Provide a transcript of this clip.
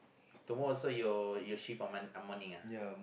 tomorrow also you your shift on morn~ morning ah